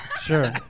Sure